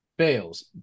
Fails